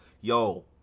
yo